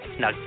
Now